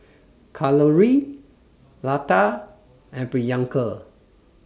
Kalluri Lata and Priyanka